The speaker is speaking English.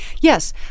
Yes